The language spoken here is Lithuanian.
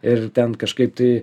ir ten kažkaip tai